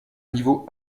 niveau